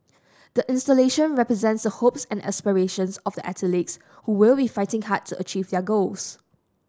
the installation represents the hopes and aspirations of the athletes we will fighting hard to achieve their goals